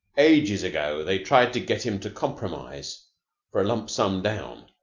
ages ago they tried to get him to compromise for a lump sum down,